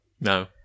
No